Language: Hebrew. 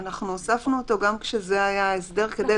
הוספנו אותו גם כשזה היה ההסדר כדי